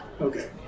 Okay